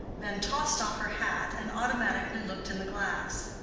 then tossed off her hat and automatically looked in the glass.